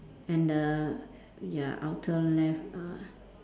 and the ya outer left uh